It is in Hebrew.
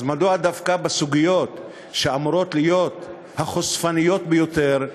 אז מדוע דווקא בסוגיות שאמורות להיות החושפניות ביותר,